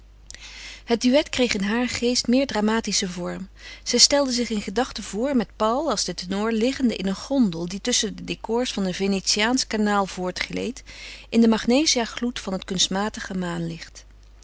het duet kreeg in haar geest meer dramatischen vorm zij stelde zich in gedachte voor met paul als den tenor liggende in een gondel die tusschen de decors van een venetiaansch kanaal voortgleed in den magneziagloed van het kunstmatige